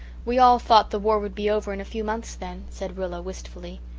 we all thought the war would be over in a few months then, said rilla wistfully.